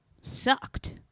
sucked